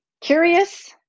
Curious